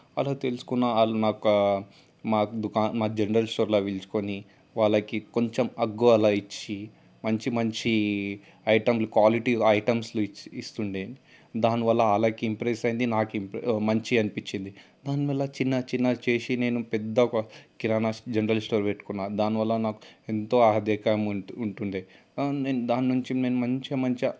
అలా తెలుసుకున్న వాళ్లు నాకు మా దుకాణ మా జనరల్ స్టోర్లోకి పిలుచుకొని వాళ్లకి కొంచెం హగ్గు అలా ఇచ్చి మంచి మంచి ఐటెంలు క్వాలిటీ ఐటమ్స్లు ఇచ్చి ఇస్తుండే దానివల్ల వాళ్లకి ఇంప్రెస్స్ అయింది నాకు ఇం మంచిగా అనిపించింది దానివల్ల చిన్నచిన్నగా చేసి నేను పెద్దగా కిరాణా జనరల్ స్టోర్ పెట్టుకున్న దానివల్ల నాకు ఎంతో ఆర్థికం ఉం ఉంటుండే నేను దాని నుంచి నేను మంచిగా మంచిగా